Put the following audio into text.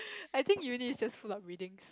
I think uni is just full of reading